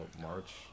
March